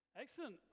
Excellent